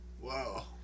Wow